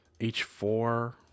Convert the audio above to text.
H4